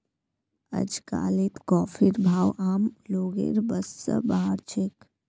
अजकालित कॉफीर भाव आम लोगेर बस स बाहर छेक